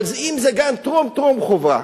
אבל אם זה גן טרום-טרום חובה,